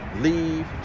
leave